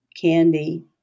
Candy